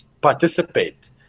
participate